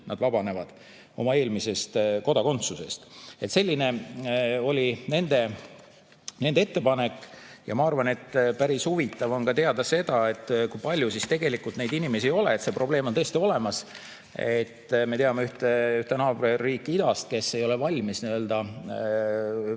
nad vabanevad oma eelmisest kodakondsusest. Selline oli nende ettepanek. Ma arvan, et päris huvitav on teada seda, kui palju neid inimesi on. See probleem on tõesti olemas. Me teame ühte naaberriiki idas, kes ei ole valmis loobuma